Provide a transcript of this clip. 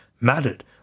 mattered